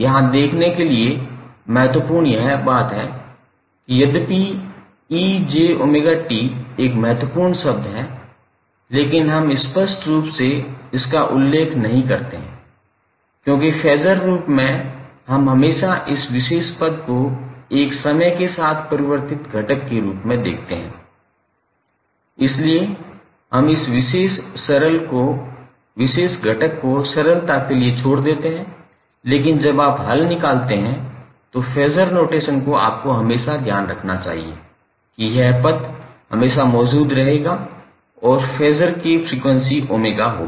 यहाँ देखने के लिए महत्वपूर्ण बात यह है कि यद्यपि 𝑒𝑗𝜔𝑡 एक महत्वपूर्ण शब्द है लेकिन हम स्पष्ट रूप से इसका उल्लेख नहीं करते हैं क्योंकि फेज़र रूप में हम हमेशा इस विशेष पद को एक समय के साथ परिवर्तित घटक के रूप में देखते हैं इसलिए हम इस विशेष घटक को सरलता के लिए छोड़ देते हैं लेकिन जब आप हल निकालते हैं तो फेज़र नोटेशन को आपको हमेशा ध्यान रखना चाहिए कि यह पद हमेशा मौजूद रहेगा और फेज़र की फ्रीक्वेंसी 𝜔 होगी